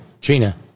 Gina